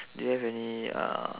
do you have any uh